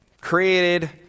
created